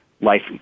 life